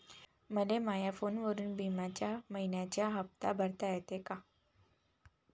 मले माया फोनवरून बिम्याचा मइन्याचा हप्ता भरता येते का?